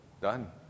done